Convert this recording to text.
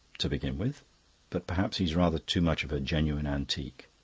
to begin with but perhaps he's rather too much of a genuine antique.